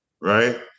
right